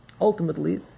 Ultimately